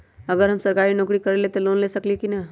अगर हम सरकारी नौकरी करईले त हम लोन ले सकेली की न?